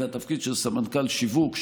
זה תפקיד של סמנכ"ל שיווק,